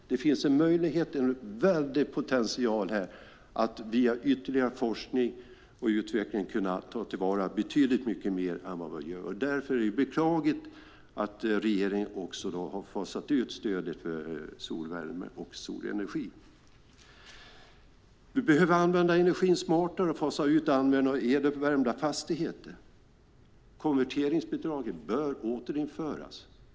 Det finns en väldig potential här att via ytterligare forskning och utveckling ta till vara betydligt mycket mer än vad vi gör. Därför är det beklagligt att regeringen har fasat ut stödet för solvärme och solenergi. Vi behöver använda energin smartare och fasa ut användningen av eluppvärmda fastigheter. Konverteringsbidragen bör återinföras.